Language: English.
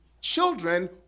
children